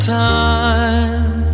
time